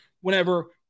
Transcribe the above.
whenever –